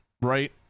right